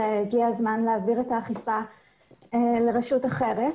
שהגיע הזמן להעביר את האכיפה לרשות אחרת.